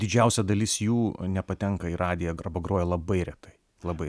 didžiausia dalis jų nepatenka į radiją arba groja labai retai labai